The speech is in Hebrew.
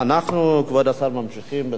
אנחנו, כבוד השר, ממשיכים בסדר-היום.